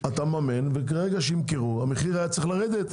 אתה תממן, וברגע שימכרו המחיר היה צריך לרדת.